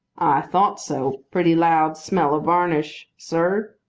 thought so. pretty loud smell of varnish, sir?